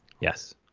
Yes